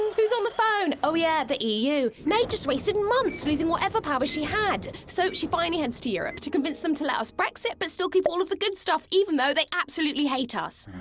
who's on the phone? oh, yeah, the eu. may just wasted months, losing whatever power she had. so she finally heads to europe to convince them to let us brexit but still keep all of the good stuff, even though they absolutely hate us.